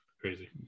Crazy